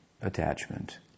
attachment